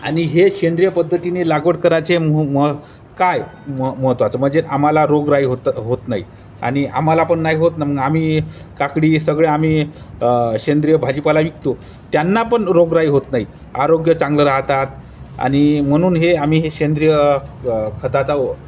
आणि हे सेंद्रिय पद्धतीने लागवड कराचे म म काय म महत्त्वाचं म्हणजे आम्हाला रोगराई होत होत नाही आणि आम्हाला पण ना होत ना मग आम्ही काकडी सगळे आम्ही सेंद्रिय भाजीपाला विकतो त्यांना पण रोगराई होत नाही आरोग्य चांगलं राहतात आणि म्हणून हे आम्ही हे सेंद्रिय खताचा